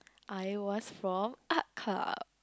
I was from Art Club